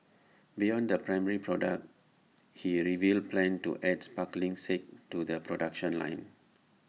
beyond the primary product he revealed plans to adds sparkling sake to the production line